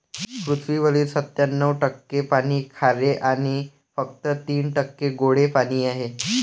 पृथ्वीवरील सत्त्याण्णव टक्के पाणी खारे आणि फक्त तीन टक्के गोडे पाणी आहे